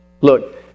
Look